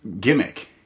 gimmick